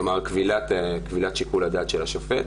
כלומר כבילת שיקול הדעת של השופט,